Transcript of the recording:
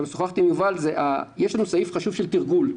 גם שוחחתי עם יובל יש סעיף חשוב לגבי תרגול,